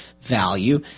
value